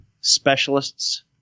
specialists